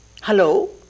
hello